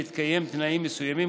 בהתקיים תנאים מסוימים,